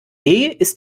ist